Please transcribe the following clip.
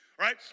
right